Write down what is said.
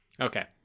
Okay